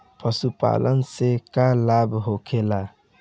पशुपालन से का लाभ होखेला?